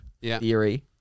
theory